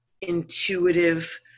intuitive